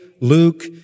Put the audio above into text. Luke